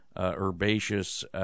herbaceous